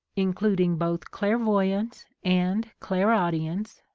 including both clairvoyance and clairaudience,